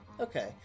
okay